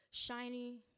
Shiny